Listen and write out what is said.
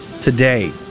today